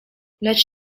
lecz